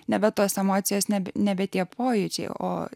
nebe tos emocijos ne nebe tie pojūčiai o